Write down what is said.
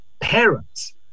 parents